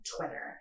Twitter